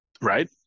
right